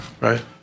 right